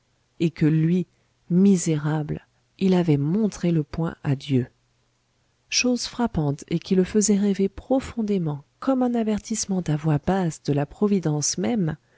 et que lui misérable il avait montré le poing à dieu chose frappante et qui le faisait rêver profondément comme un avertissement à voix basse de la providence même